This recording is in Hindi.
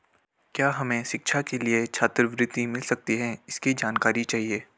क्या हमें शिक्षा के लिए छात्रवृत्ति मिल सकती है इसकी जानकारी चाहिए?